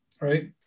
Right